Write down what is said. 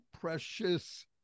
precious